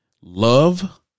Love